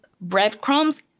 breadcrumbs